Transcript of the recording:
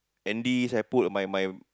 Andy se~ put on my my